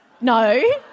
no